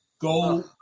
go